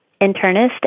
internist